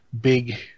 big